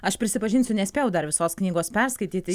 aš prisipažinsiu nespėjau dar visos knygos perskaityti